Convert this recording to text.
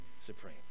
supreme